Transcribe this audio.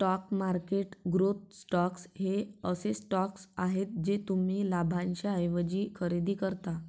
stock market growth stocks हे असे stocks आहेत जे तुम्ही लाभांशाऐवजी खरेदी करता